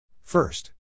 First